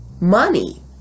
money